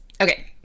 Okay